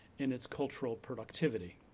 in its cultural productivity.